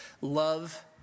Love